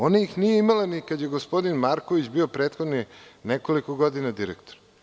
Ona ih nije imala ni kad je gospodin Marković bio prethodnih nekoliko godina direktor.